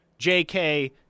jk